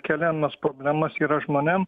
kelenos problemas yra žmonėm